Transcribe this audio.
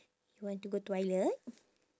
you want to go toilet